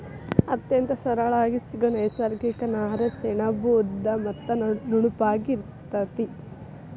ಅತ್ಯಂತ ಸರಳಾಗಿ ಸಿಗು ನೈಸರ್ಗಿಕ ನಾರೇ ಸೆಣಬು ಉದ್ದ ಮತ್ತ ನುಣುಪಾಗಿ ಇರತತಿ